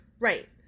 Right